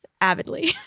avidly